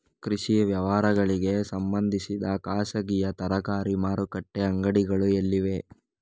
ಕೃಷಿ ವ್ಯವಹಾರಗಳಿಗೆ ಸಂಬಂಧಿಸಿದ ಖಾಸಗಿಯಾ ಸರಕಾರಿ ಮಾರುಕಟ್ಟೆ ಅಂಗಡಿಗಳು ಎಲ್ಲಿವೆ?